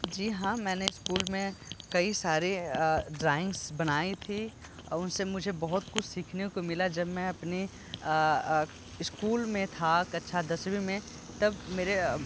जी हाँ मैंने स्कूल में कई सारे ड्रॉइंग्स बनाई थीं उनसे मुझे बहुत कुछ सीखने को मिला जब मैं अपने स्कूल में था कक्षा दसवीं में तब मेरे